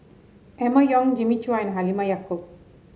Emma Yong Jimmy Chua and Halimah Yacob